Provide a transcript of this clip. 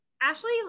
Ashley